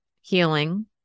healing